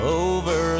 over